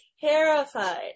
terrified